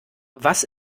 was